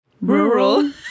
rural